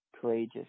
courageous